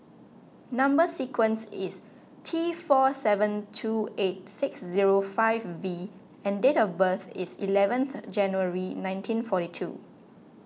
Number Sequence is T four seven two eight six zero five V and date of birth is eleventh January nineteen forty two